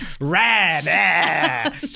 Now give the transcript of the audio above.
rad